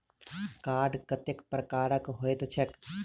Card कतेक प्रकारक होइत छैक?